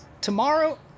Tomorrow